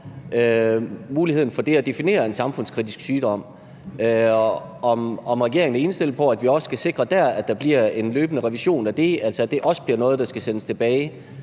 muligheden for det at definere en samfundskritisk sygdom. Er regeringen indstillet på, at vi også dér skal sikre, at der bliver en løbende revision af det, altså at det bliver noget, der skal sendes tilbage